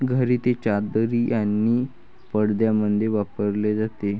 घरी ते चादरी आणि पडद्यांमध्ये वापरले जाते